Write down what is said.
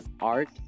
art